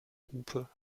hupe